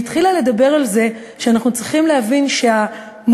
היא התחילה לדבר על זה שאנחנו צריכים להבין שהמוגבלות